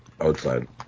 outside